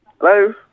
Hello